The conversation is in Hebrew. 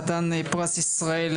חתן פרס ישראל,